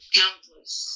countless